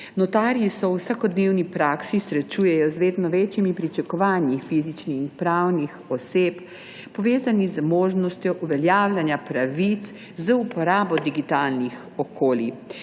Notarji se v vsakodnevni praksi srečujejo z vedno večjimi pričakovanji fizičnih in pravnih oseb, povezanih z možnostjo uveljavljanja pravic z uporabo digitalnih okolij.